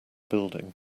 building